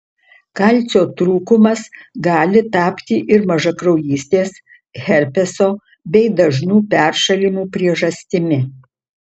kalcio trūkumas gali tapti ir mažakraujystės herpeso bei dažnų peršalimų priežastimi